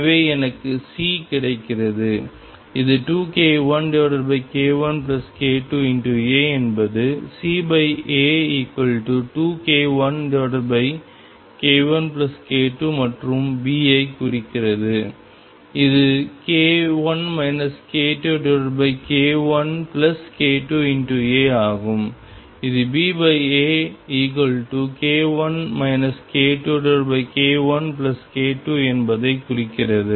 எனவே எனக்கு C கிடைக்கிறது இது 2k1k1k2A என்பது CA2k1k1k2 மற்றும் B ஐ குறிக்கிறது இது k1 k2k1k2 A ஆகும் இது BAk1 k2k1k2 என்பதைக் குறிக்கிறது